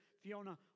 Fiona